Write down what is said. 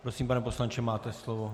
Prosím, pane poslanče, máte slovo.